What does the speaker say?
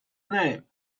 name